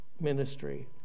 ministry